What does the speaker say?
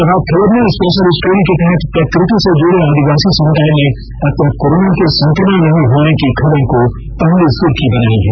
प्रभात खबर ने special story के तहत प्रकृति से जुड़े आदिवासी समुदाय में अब तक कोरोना के संक्रमण नहीं होने की खबर को अपनी पहली सुर्खी बनाई है